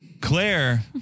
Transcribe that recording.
Claire